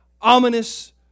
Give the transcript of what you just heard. ominous